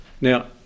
Now